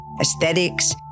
aesthetics